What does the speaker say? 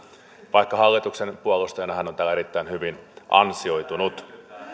vaikka hallituksen puolustajana hän on täällä erittäin hyvin ansioitunut